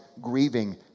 grieving